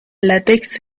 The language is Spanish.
látex